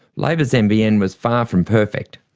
labor's nbn was far from perfect.